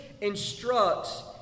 instructs